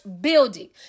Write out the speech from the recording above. building